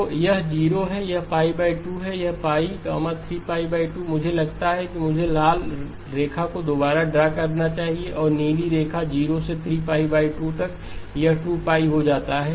तो यह 0 है यह π 2 है यह 3 2 है मुझे लगता है कि मुझे लाल रेखा को दोबारा ड्रा करना चाहिए और नीली रेखा 0 से 3 π 2 है यह 2 हो जाता है